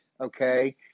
okay